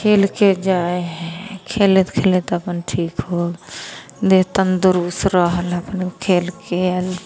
खेलके जाए ह शइ खेलैत खेलैत अपन ठीक होल देह तन्दुरुस रहल अपन खेल के आएल